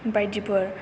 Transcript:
बायदिफोर